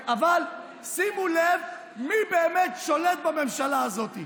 אבל שימו לב מי באמת שולט בממשלה הזאת.